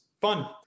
fun